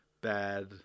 bad